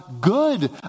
good